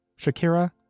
Shakira